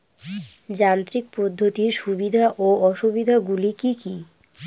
যান্ত্রিক পদ্ধতির সুবিধা ও অসুবিধা গুলি কি কি?